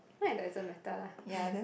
no it doesn't matter lah